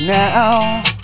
now